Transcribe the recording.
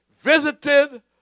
visited